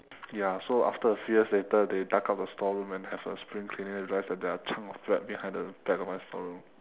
ya so after a few years later they dug out the storeroom and have a spring cleaning and realised there are chunk of bread behind the back of my store room